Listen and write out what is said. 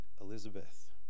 Elizabeth